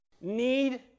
need